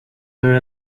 are